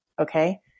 Okay